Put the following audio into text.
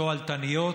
תועלתניות